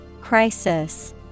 Crisis